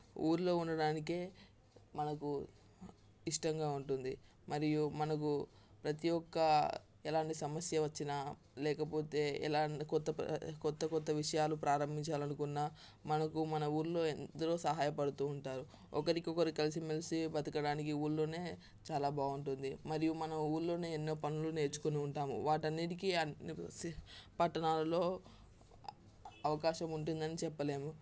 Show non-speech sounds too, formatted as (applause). ఊరిలో ఉండడానికే మనకు ఇష్టంగా ఉంటుంది మరియు మనకు ప్రతి ఒక్క ఎలాంటి సమస్య వచ్చినా లేకపోతే ఎలాంటి కొత్త కొ కొత్త కొత్త విషయాలు ప్రారంభించాలి అనుకున్న మనకు మన ఊరిలో ఎందరో సహాయపడుతూ ఉంటారు ఒకరికి ఒకరు కలసి మెలసి బతకడానికి ఊళ్లోనే చాలా బాగుంటుంది మరియు మన ఊరిలోనే ఎన్నో పనులు నేర్చుకుని ఉంటాము వాటన్నింటికీ (unintelligible) పట్టణాల్లో అవకాశం ఉంటుందని చెప్పలేము